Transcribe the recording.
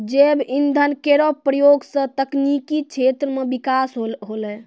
जैव इंधन केरो प्रयोग सँ तकनीकी क्षेत्र म बिकास होलै